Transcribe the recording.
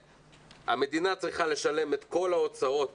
המדינה צריכה לשלם את כל ההוצאות